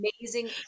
amazing